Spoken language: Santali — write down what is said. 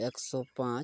ᱮᱠᱥᱚ ᱯᱟᱸᱪ